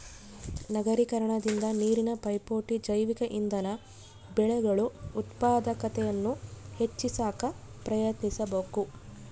ನಗರೀಕರಣದಿಂದ ನೀರಿನ ಪೈಪೋಟಿ ಜೈವಿಕ ಇಂಧನ ಬೆಳೆಗಳು ಉತ್ಪಾದಕತೆಯನ್ನು ಹೆಚ್ಚಿ ಸಾಕ ಪ್ರಯತ್ನಿಸಬಕು